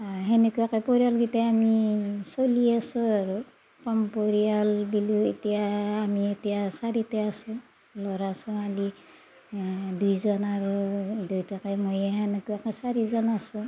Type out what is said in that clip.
সেনেকুৱাকে পৰিয়ালকেইটা আমি চলি আছোঁ আৰু কম পৰিয়াল বুলিও এতিয়া আমি এতিয়া চাৰিটা আছোঁ ল'ৰা ছোৱালী দুইজন আৰু দেউতাকে মইয়ে সেনেকুৱাকে চাৰিজন আছোঁ